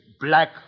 black